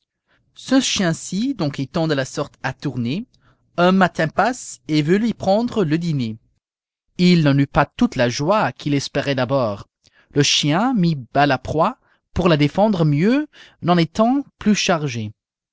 ce chien-ci donc étant de la sorte atourné un mâtin passe et veut lui prendre le dîné il n'en eut pas toute la joie qu'il espérait d'abord le chien mit bas la proie pour la défendre mieux n'en étant plus chargé